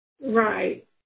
Right